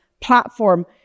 platform